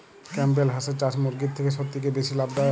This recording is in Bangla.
ক্যাম্পবেল হাঁসের চাষ মুরগির থেকে সত্যিই কি বেশি লাভ দায়ক?